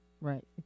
Right